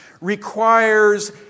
requires